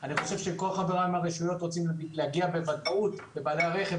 אני חושב שכל חבריי מן הרשויות רוצים להגיע בוודאות לבעלי הרכב,